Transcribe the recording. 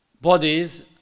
bodies